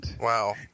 Wow